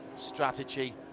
Strategy